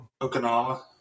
Okinawa